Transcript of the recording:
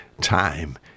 time